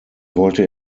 wollte